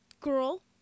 girl